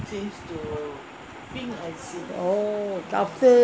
oh after